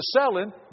selling